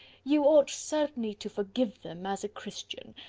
you ought certainly to forgive them, as a christian,